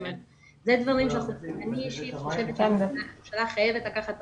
אלה דברים שאני אישית חושבת שהממשלה חייבת לקחת את